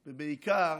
ובעיקר,